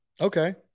Okay